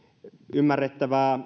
ymmärrettävä